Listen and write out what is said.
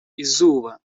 izuba